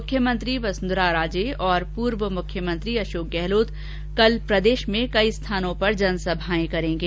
मुख्यमंत्री वसुंधरा राजे और पूर्व मुख्यमंत्री अशोक गहलोत कल प्रदेश में कई स्थानों पर जनसभाएं करेंगे